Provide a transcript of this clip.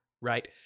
Right